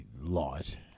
light